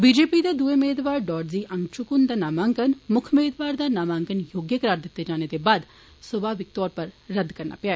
BJP दे दुए मेदवार डोरजी अंगचुक हुंदा नामांकन मुक्ख मेदवार दा नामाांकन योग्य करार दित्ते जाने दे बाद स्वाभाविक तौरा पर रद्द करना पेआ